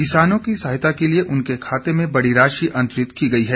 किसानों की सहायता के लिए उनके खाते में बड़ी राशि अंतरित की गई है